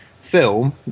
film